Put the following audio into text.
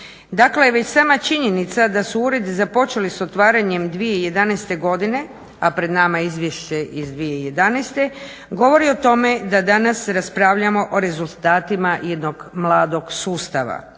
dakle već sama činjenica da su uredi počeli s otvaranjem 2011. Godine a pred nama je izvješće iz 2011. govori o tome da danas raspravljamo o rezultatima jednog mladog sustava.